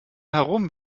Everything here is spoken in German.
herum